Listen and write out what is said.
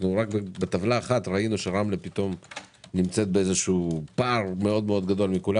בטבלה אחת ראינו שרמלה נמצאת בפער גדול מכולם,